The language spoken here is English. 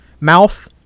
mouth